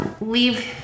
leave